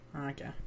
Okay